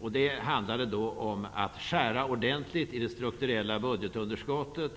Förslaget handlade om att man skulle skära ordentligt i det strukturella budgetunderskottet,